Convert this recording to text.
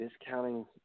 discounting